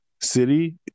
City